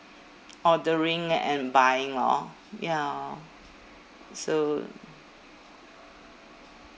ordering and buying lor ya so